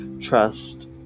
trust